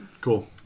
cool